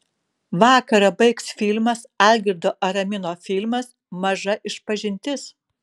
vakarą baigs filmas algirdo aramino filmas maža išpažintis